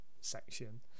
section